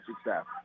staff